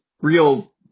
real